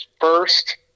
first